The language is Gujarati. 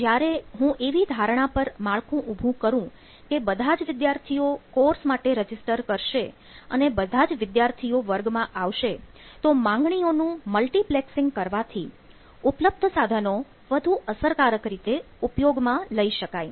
તો જ્યારે હું એવી ધારણા પર માળખું ઊભું કરું કે બધા જ વિદ્યાર્થીઓ કોર્સ માટે રજીસ્ટર કરશે અને બધા જ વિદ્યાર્થીઓ વર્ગમાં આવશે તો માંગણીઓ નું મલ્ટીપ્લેક્સિંગ કરવાથી ઉપલબ્ધ સાધનો વધુ અસરકારક રીતે ઉપયોગમાં લઈ શકાય